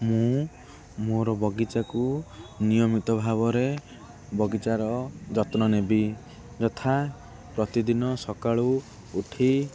ମୁଁ ମୋର ବଗିଚାକୁ ନିୟମିତ ଭାବରେ ବଗିଚାର ଯତ୍ନ ନେବି ଯଥା ପ୍ରତିଦିନ ସକାଳୁ ଉଠି